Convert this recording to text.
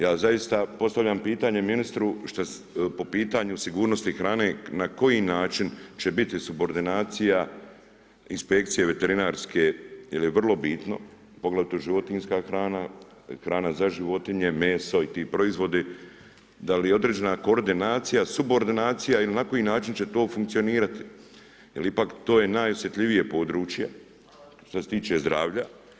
Ja zaista postavljam pitanje ministru po pitanju sigurnosti hrane na koji način će biti subordinacija inspekcije veterinarske jer je vrlo bitno, poglavito životinjska hrana, hrana za životinje, meso i ti proizvodi da li određena koordinacija, subordinacija ili na koji način će to funkcionirati jer ipak to je najosjetljivije područje što se tiče zdravlja.